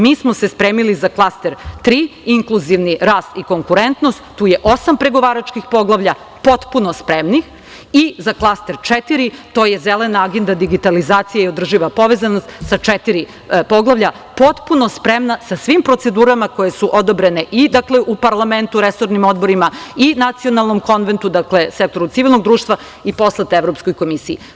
Mi smo se spremili za klaster 3 - Inkluzivni rast i konkurentnost, tu je osam pregovaračkih poglavlja i tu smo potpuno spremni, kao i za klaster 4 - Zelena agenda digitalizacije i održiva povezanost, sa četiri poglavlja, potpuno spremna, sa svim procedurama koje su odobrene i u parlamentu, resornim odborima i nacionalnom konventu, sektoru civilnog društva i poslato Evropskoj komisiji.